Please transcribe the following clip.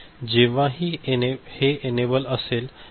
जेव्हाही ते एनेबल असेल